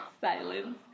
Silence